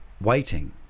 waiting